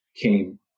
came